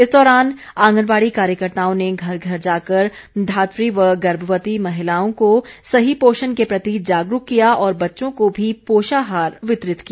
इस दौरान आंगनबाड़ी कार्यकर्ताओं ने घर घर जाकर धात व गर्भवती महिलाओं को सही पोषण के प्रति जागरूक किया और बच्चों को भी पोषाहार वितरित किया